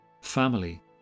family